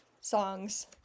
songs